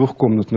ah comes and